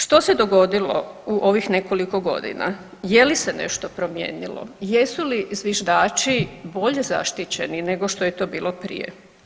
Što se dogodilo u ovih nekoliko godina, je li se nešto promijenilo, jesu li zviždači bolje zaštićeni nego što je to bilo prije?